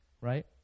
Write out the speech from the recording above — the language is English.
right